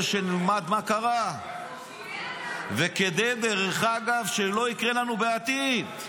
שנלמד מה קרה וכדי שלא יקרה לנו בעתיד.